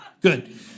Good